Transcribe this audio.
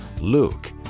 Luke